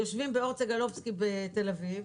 יושבים באורט סינגלובסקי בתל אביב,